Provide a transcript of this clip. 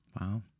Wow